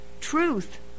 truth